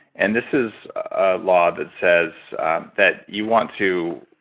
and this is a law that says that you want to